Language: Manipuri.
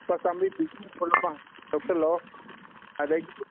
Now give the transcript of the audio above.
ꯂꯨꯄꯥ ꯆꯝꯔꯤ ꯄꯤ ꯃꯄꯨꯟ ꯑꯃ ꯂꯧꯁꯜꯂꯣ ꯑꯗꯒꯤꯗꯤ